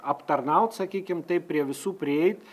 aptarnaut sakykim taip prie visų prieit